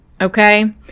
Okay